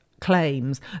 claims